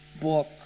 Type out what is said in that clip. book